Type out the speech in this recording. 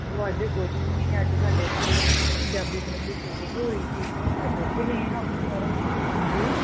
ਉਹ ਅੱਜ ਕੁਛ ਵੀ ਨਹੀਂ ਅੱਜ ਸਾਡੇ ਇੱਥੇ ਪੰਜਾਬੀ ਫਿਲਮ ਦੀ ਸ਼ੂਟਿੰਗ ਹੋ ਰਹੀ ਸੀ ਅੱਜ ਉੱਥੇ ਗਈਆਂ ਹਾਂ ਆਪਾਂ ਸਾਰੇ ਹਾਂਜੀ